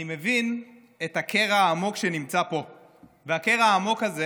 אני מבין את הקרע העמוק שנמצא פה, והקרע העמוק הזה